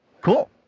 Cool